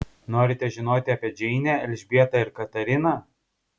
norite žinoti apie džeinę elžbietą ir katariną